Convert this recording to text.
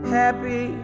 happy